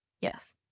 Yes